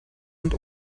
und